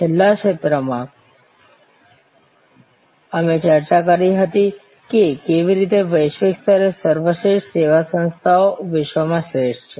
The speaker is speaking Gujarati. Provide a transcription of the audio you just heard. છેલ્લા સત્રમાં અમે ચર્ચા કરી હતી કે કેવી રીતે વૈશ્વિક સ્તરે સર્વશ્રેષ્ઠ સેવા સંસ્થાઓ વિશ્વમાં શ્રેષ્ઠ છે